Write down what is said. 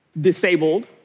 disabled